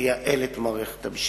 לייעל את מערכת המשפט.